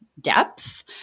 depth